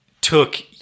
took